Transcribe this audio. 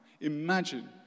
Imagine